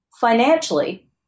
financially